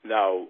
Now